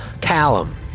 Callum